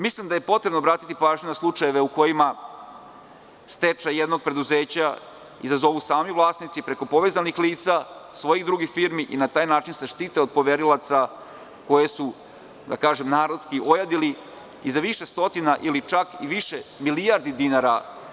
Mislim da je potrebno obratiti pažnju na slučajeve u kojima stečaj jednog preduzeća izazovu sami vlasnici preko povezanih lica, svojih drugih firmi i na taj način se štite od poverilaca, koji su, da kažem narodski, ojadili i za više stotina ili čak i više milijardi dinara.